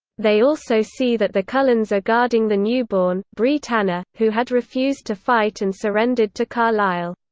they also see that the cullens are guarding the newborn, bree tanner, who had refused to fight and surrendered to carlisle.